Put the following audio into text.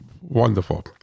wonderful